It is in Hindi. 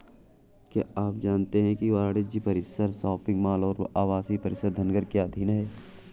क्या आप जानते है घर, वाणिज्यिक परिसर, शॉपिंग मॉल और आवासीय परिसर धनकर के अधीन हैं?